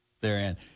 therein